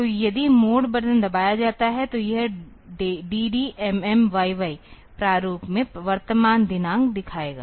तो यदि mode button दबाया जाता है तो यह dd mm yy प्रारूप में वर्तमान दिनांक दिखाएगा